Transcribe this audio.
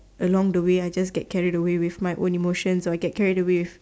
along the way I just get carried away with my own emotion or I get carried away